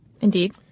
Indeed